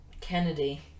Kennedy